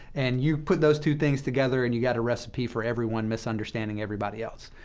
and you put those two things together, and you've got a recipe for everyone misunderstanding everybody else.